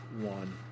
one